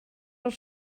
els